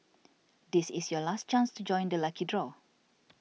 this is your last chance to join the lucky draw